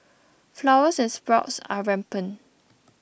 flowers and sprouts are rampant